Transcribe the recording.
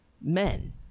men